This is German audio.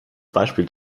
beispiel